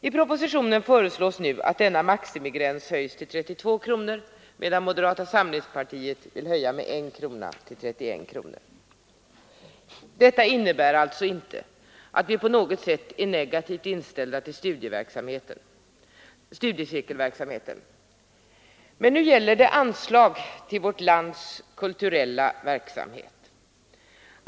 I propositionen föreslås nu att denna maximigräns höjs till 32 kronor, medan moderata samlingspartiet vill höja med 1 krona till 31 kronor. Detta innebär alltså inte att vi på något sätt är negativt inställda till studiecirkelverksamheten. Men nu gäller det anslag till vårt lands kulturella verksamhet.